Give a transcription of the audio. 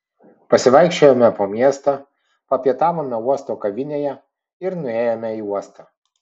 pasivaikščiojome po miestą papietavome uosto kavinėje ir nuėjome į uostą